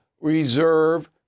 reserve